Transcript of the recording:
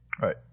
right